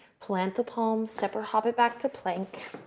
plant the palms. step or hop it back to plank.